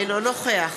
אינו נוכח